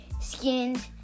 skins